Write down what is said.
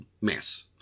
mess